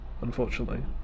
unfortunately